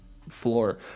floor